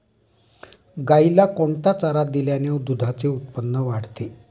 गाईला कोणता चारा दिल्याने दुधाचे उत्पन्न वाढते?